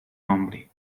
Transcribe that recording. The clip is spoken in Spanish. nombre